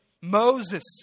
Moses